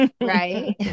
right